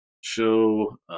show